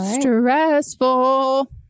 Stressful